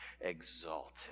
exalted